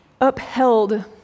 upheld